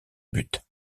but